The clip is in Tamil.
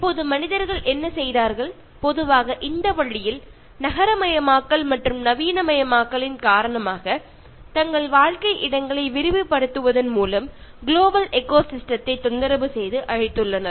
இப்போது மனிதர்கள் என்ன செய்தார்கள் பொதுவாக இந்த வழியில் நகரமயமாக்கல் மற்றும் நவீனமயமாக்கலின் காரணமாக தங்கள் வாழ்க்கை இடங்களை விரிவுபடுத்துவதன் மூலம் குளோபல் எக்கோசிஸ்டம் த்தை தொந்தரவு செய்து அழித்துள்ளனர்